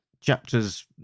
chapters